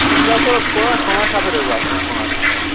أسۍ حظ آسَو پانٛژھ پانٛژھ نَفَر حظ آسَو أسۍ پانٛژھ نفر